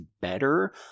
better